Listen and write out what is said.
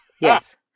Yes